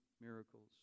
miracles